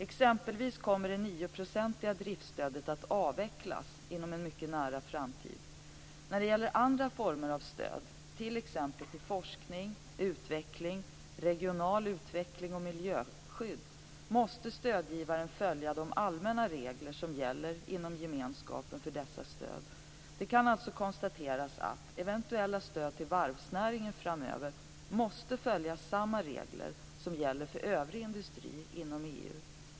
Exempelvis kommer det nioprocentiga driftsstödet att avvecklas inom en mycket nära framtid. När det gäller andra former av stöd, t.ex. till forskning, utveckling, regional utveckling och miljöskydd, måste stödgivaren följa de allmänna regler som gäller inom gemenskapen för dessa stöd. Det kan alltså konstateras att eventuella stöd till varvsnäringen framöver måste följa samma regler som gäller för övrig industri inom EU.